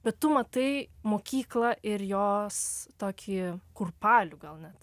bet tu matai mokyklą ir jos tokį kurpalių gal net